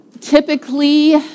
typically